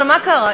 מה קרה?